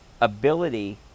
ability